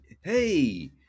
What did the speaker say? Hey